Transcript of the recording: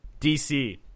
DC